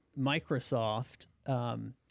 Microsoft